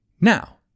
Now